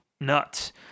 nuts